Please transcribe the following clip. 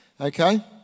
Okay